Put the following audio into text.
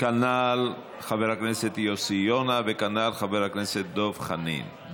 כנ"ל חבר הכנסת יוסי יונה וכנ"ל חבר הכנסת דב חנין.